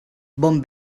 bon